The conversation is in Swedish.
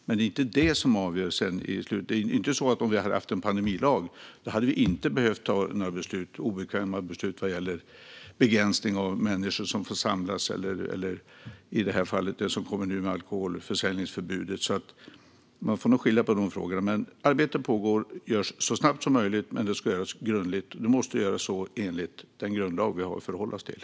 Men även med en pandemilag hade vi behövt ta obekväma beslut vad gäller begränsning av folksamlingar eller förbud mot alkoholförsäljning. Som sagt, arbetet pågår och görs så snabbt möjligt, men det måste göras grundligt enligt den grundlag vi har att förhålla oss till.